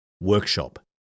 workshop